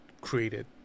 created